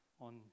on